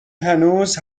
هنوز